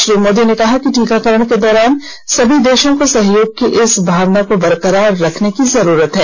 श्री मोदी ने कहा कि टीकाकरण के दौरान सभी देशों को सहयोग की इस भावना को बरकरार रखने की जरूरत है